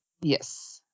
Yes